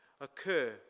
occur